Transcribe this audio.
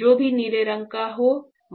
जो भी नीले रंग का हो